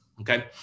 okay